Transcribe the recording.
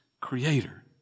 creator